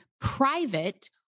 private